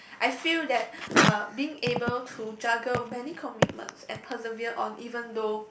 I feel that uh being able to juggle many commitments and preserve or even though